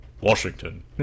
Washington